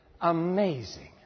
amazing